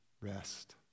rest